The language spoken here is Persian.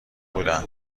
بودم